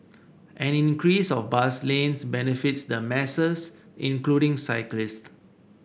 an increase of bus lanes benefits the masses including cyclists